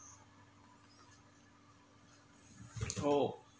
oh